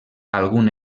algun